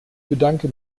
bedanke